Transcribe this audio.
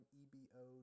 e-b-o